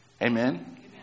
Amen